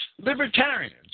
Libertarians